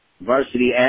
Varsity